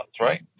right